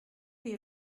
wie